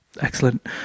Excellent